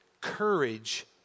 courage